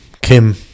Kim